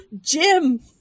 Jim